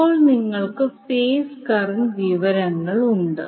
ഇപ്പോൾ നിങ്ങൾക്ക് phase current വിവരങ്ങൾ ഉണ്ട്